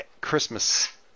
Christmas